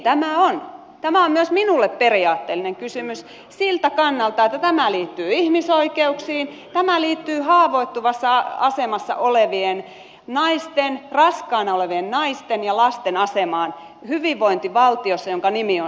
tämä on myös minulle periaatteellinen kysymys siltä kannalta että tämä liittyy ihmisoikeuksiin tämä liittyy haavoittuvassa asemassa olevien naisten raskaana olevien naisten ja lasten asemaan hyvinvointivaltiossa jonka nimi on suomi